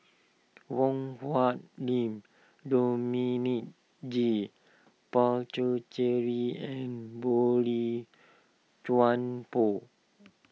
Wong Hung Lim Dominic G Puthucheary and Boey Chuan Poh